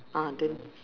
ah then